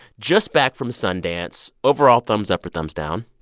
just back from sundance. overall, thumbs up or thumbs down?